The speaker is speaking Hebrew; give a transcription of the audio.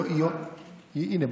הינה,